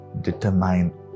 determine